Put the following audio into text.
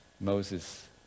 Moses